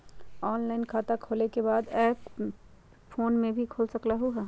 Online खाता खोले के मोबाइल ऐप फोन में भी खोल सकलहु ह?